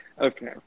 Okay